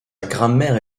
grammaire